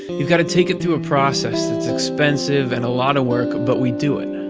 you've got to take it through a process that's expensive and a lot of work, but we do it.